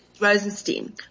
Rosenstein